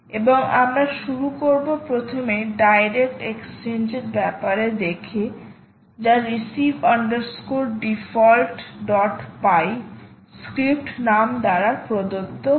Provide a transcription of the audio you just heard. এবং আমরা শুরু করব প্রথমে ডাইরেক্ট এক্সচেঞ্জ এর ব্যাপারে দেখে যা receive default py receive defaultpy script নাম দ্বারা প্রদত্ত হয়